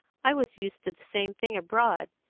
i was used to the same thing abroad.